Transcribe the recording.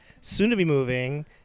soon-to-be-moving